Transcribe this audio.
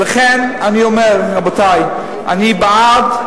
לכן אני אומר, רבותי, אני בעד,